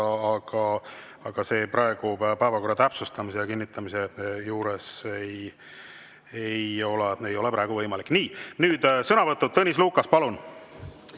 aga praegu päevakorra täpsustamise ja kinnitamise juures ei ole see võimalik. Nii, nüüd sõnavõtud. Tõnis Lukas, palun!